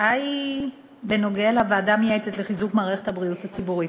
ההצעה היא בנוגע לוועדה המייעצת לחיזוק מערכת הבריאות הציבורית.